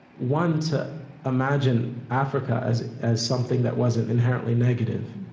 one, to imagine africa as as something that wasn't inherently negative,